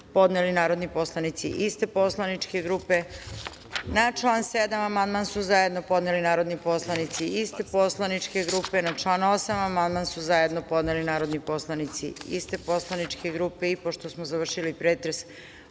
iste poslaničke grupe. Na član 3. amandman su zajedno podneli narodni poslanici iste poslaničke grupe. Na član 4. amandman su zajedno podneli narodni poslanici iste poslaničke grupe. Pošto smo završili pretres